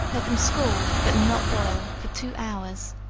let them scald, but not boil, for two hours,